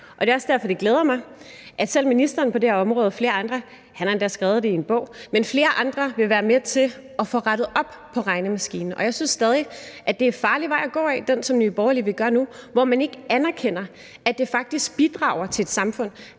Det er også derfor, det glæder mig, at selv ministeren på det her område – han har endda skrevet det i en bog – og flere andre vil være med til at få rettet op på det med regnemaskinen. Og jeg synes stadig, at det er en farlig vej at gå ad, altså den, som Nye Borgerlige vil gå nu, hvor man ikke anerkender, at det faktisk bidrager til et samfund,